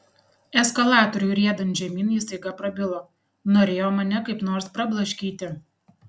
eskalatoriui riedant žemyn jis staiga prabilo norėjo mane kaip nors prablaškyti